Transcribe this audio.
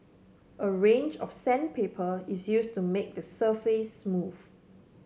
a range of sandpaper is use to make the surface smooth